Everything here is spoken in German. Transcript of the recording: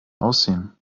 aussehen